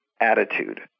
attitude